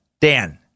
Dan